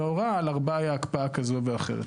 ההוראה לגבי ארבעה הייתה הקפאה כזו או אחרת.